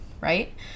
right